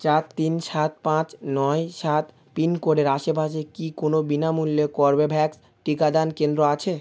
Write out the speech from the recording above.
চার তিন সাত পাঁচ নয় সাত পিনকোডের আশেপাশে কি কোনো বিনামূল্যে কর্বেভ্যাক্স টিকাদান কেন্দ্র আছে